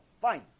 Fine